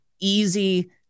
easy